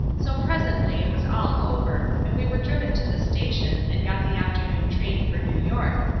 so presently it was all over and we were driven to the station and got the afternoon train for new york,